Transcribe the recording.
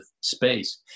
space